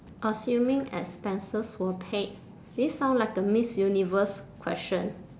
assuming expenses were paid this sound like a miss universe question